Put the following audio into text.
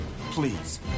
please